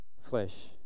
flesh